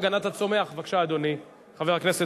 ובכן, 25 בעד,